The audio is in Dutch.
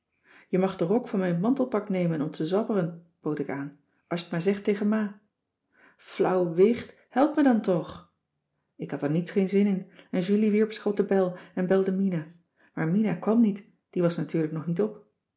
je mag den rok van mijn mantelpak nemen om te zwabberen bood ik aan als je t maar zegt tegen ma flauw wicht help me dan toch ik had er niets geen zin in en julie wierp zich op de bel en belde mina maar mina kwam niet die was natuurlijk nog niet op